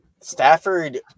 Stafford